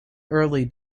early